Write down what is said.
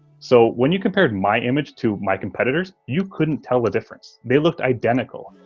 so when you compare my image to my competitors, you couldn't tell the difference. they looked identical.